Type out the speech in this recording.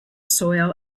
soil